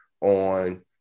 on